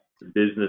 business